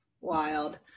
wild